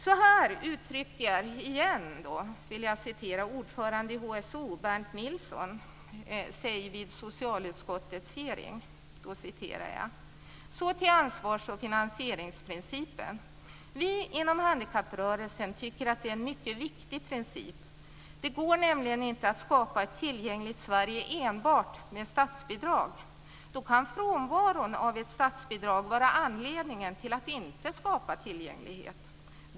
Jag vill återigen citera vad ordföranden i HSO, Berndt Nilsson, säger vid socialutskottets hearing: "Så till ansvarsoch finansieringsprincipen. Vi inom handikapprörelsen tycker att det är en mycket viktig princip. Det går nämligen inte att skapa ett tillgängligt Sverige enbart med statsbidrag. Då kan frånvaron av ett statsbidrag vara anledningen till att inte skapa tillgänglighet.